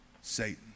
Satan